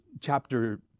chapter